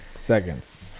seconds